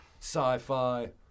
sci-fi